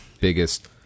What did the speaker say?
biggest